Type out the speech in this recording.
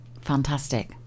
Fantastic